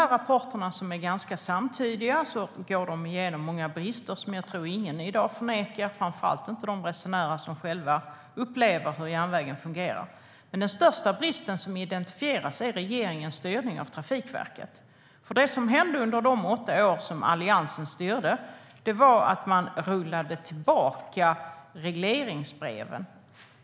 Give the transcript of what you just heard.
Rapporterna, som är ganska samtydiga, går igenom många brister som jag tror att ingen i dag förnekar, framför allt inte de resenärer som själva upplever hur järnvägen fungerar. Den största bristen som identifieras är regeringens styrning av Trafikverket. Det som hände under de åtta år som Alliansen styrde var att man rullade tillbaka regleringsbreven.